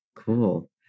Cool